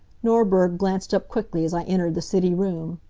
norberg glanced up quickly as i entered the city room.